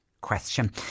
question